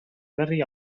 berri